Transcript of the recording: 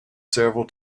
several